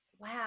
wow